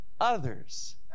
others